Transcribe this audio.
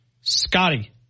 Scotty